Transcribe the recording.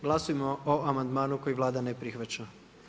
Glasujmo o amandmanu koji Vlada ne prihvaća.